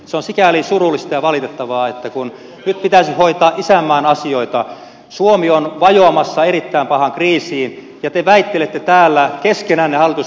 se on sikäli surullista ja valitettavaa että kun nyt pitäisi hoitaa isänmaan asioita suomi on vajoamassa erittäin pahaan kriisiin niin te hallituspuolueet väittelette täällä keskenänne